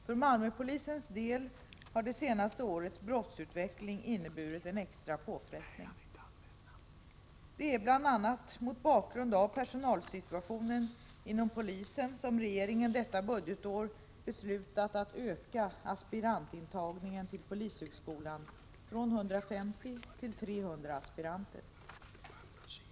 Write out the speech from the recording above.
För Malmöpolisens del har det senaste årets brottsutveckling inneburit en extra påfrestning. Det är bl.a. mot bakgrund av personalsituationen inom polisen som regeringen detta budgetår beslutat att öka aspirantantagningen till polishögskolan från 150 till 300 aspiranter.